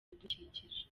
ibidukikije